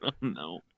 no